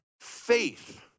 faith